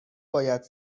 باید